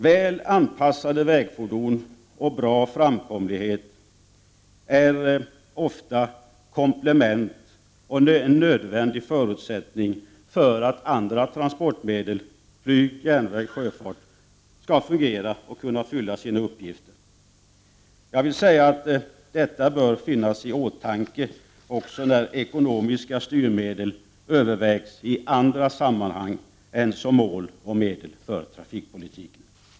Väl anpassade vägfordon och bra framkomlighet är också en nödvändig förutsättning för att andra transportmedel — flyg, järnväg, sjöfart — skall fungera och kunna fylla sina uppgifter. Jag vill säga att detta bör hållas i åtanke också när ekonomiska styrmedel övervägs i andra sammanhang än som mål och medel för trafikpolitiken.